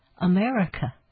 America